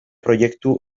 proiektu